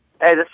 Hey